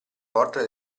porta